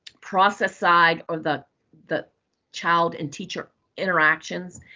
process side, or the the child and teacher interactions.